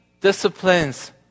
disciplines